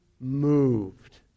moved